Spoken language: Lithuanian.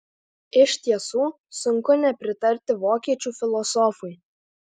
iš tiesų sunku nepritarti vokiečių filosofui